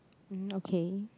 um okay